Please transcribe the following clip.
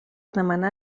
demanar